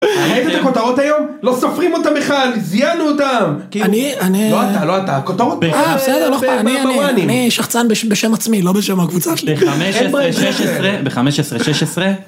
ראית את הכותרות היום? לא סופרים אותם בכלל, זיינו אותם! כי אני, אני... לא אתה, לא אתה, הכותרות... אה, בסדר, לא אכפת, אני, אני, אני שחצן בשם עצמי, לא בשם הקבוצה שלי. ב-15-16, ב-15-16.